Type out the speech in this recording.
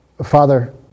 Father